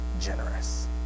generous